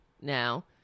now